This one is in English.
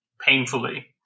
painfully